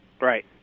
Right